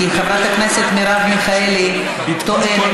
כי חברת הכנסת מרב מיכאלי טוענת,